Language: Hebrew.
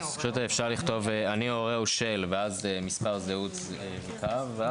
אפשר לכתוב, אני הורהו של מספר זהות וקו.